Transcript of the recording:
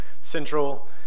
central